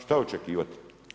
Šta očekivati?